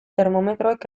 termometroek